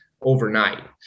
overnight